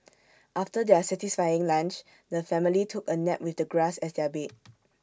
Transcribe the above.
after their satisfying lunch the family took A nap with the grass as their bed